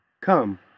Come